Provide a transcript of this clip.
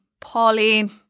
Pauline